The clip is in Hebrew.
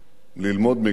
ללמוד מגנדי.